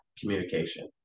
communication